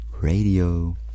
Radio